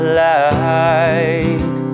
light